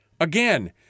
Again